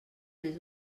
més